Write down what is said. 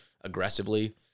aggressively